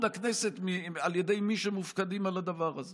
הכנסת על ידי מי שמופקדים על הדבר הזה